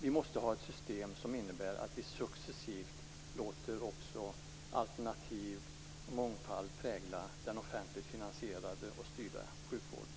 Vi måste ha ett system som innebär att vi successivt låter också alternativ och mångfald prägla den offentligt finansierade och styrda sjukvården.